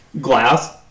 Glass